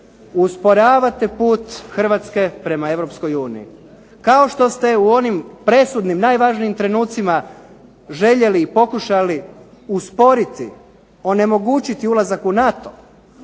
usporavate put Hrvatske prema Europskoj uniji, kao što ste u onim presudnim, najvažnijim trenutcima željeli i pokušali usporiti, onemogućiti ulazak u NATO,